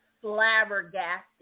flabbergasted